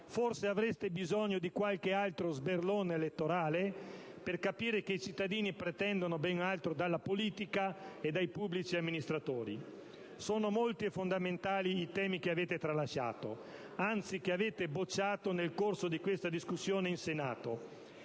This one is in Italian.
Forse avreste bisogno di qualche altro sberlone elettorale, per capire che i cittadini pretendono ben altro dalla politica e dai pubblici amministratori. Sono molti, e fondamentali, i temi che avete tralasciato. Anzi, che avete bocciato nel corso di questa discussione in Senato.